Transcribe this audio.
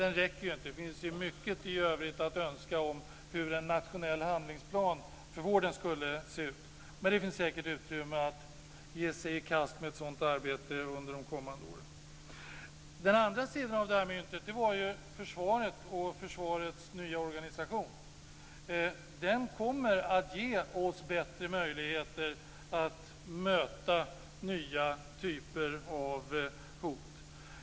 Det finns mycket övrigt att önska om hur en nationell handlingsplan för vården skulle se ut. Men det finns säkert utrymme att ge sig i kast med ett sådant arbete under de kommande åren. Den andra sidan av myntet var försvaret och försvarets nya organisation. Den kommer att ge oss bättre möjligheter att möta nya typer av hot.